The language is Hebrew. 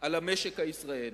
על המשק הישראלי,